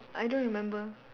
I don't remember